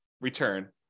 return